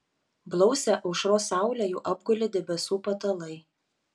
blausią aušros saulę jau apgulė debesų patalai